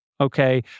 Okay